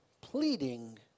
pleading